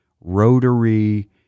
rotary